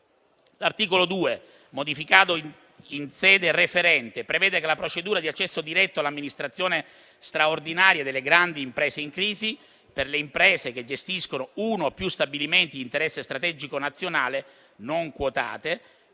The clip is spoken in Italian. L'articolo 2, modificato in sede referente, prevede che la procedura di accesso diretto all'amministrazione straordinaria delle grandi imprese in crisi, per le imprese che gestiscono uno o più stabilimenti di interesse strategico nazionale non quotate,